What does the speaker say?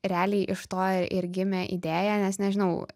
realiai iš to ir gimė idėja nes nežinau